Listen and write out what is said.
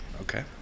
okay